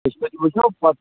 تَتی وُچھٕ نا بہٕ پَتہٕ